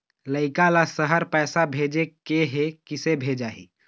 लइका ला शहर पैसा भेजें के हे, किसे भेजाही